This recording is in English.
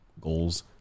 goals